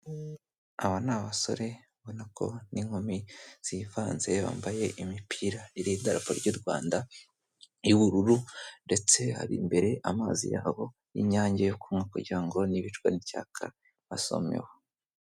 Aba ni abasore ubona ko n'inkumi zivanze bambaye imipira iriho idarapo ry'u Rwanda y'ubururu ndetse hari imbere amazi yabo y'inyange yo kunywa kugira ngo n'ibicwa n'icyaka basomeho.